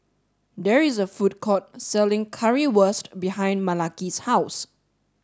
there is a food court selling Currywurst behind Malaki's house